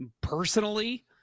personally